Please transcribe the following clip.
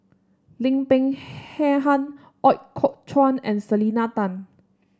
Lim Peng Han Ooi Kok Chuen and Selena Tan